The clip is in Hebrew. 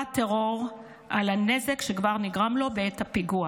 הטרור נזק חמור נוסף על הנזק שכבר נגרם לו בעת הפיגוע.